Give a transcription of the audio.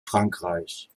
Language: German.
frankreich